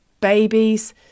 babies